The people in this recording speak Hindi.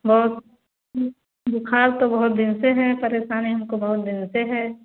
और बुखार तो बहुत दिन से है परेशानी हमको बहुत दिन से है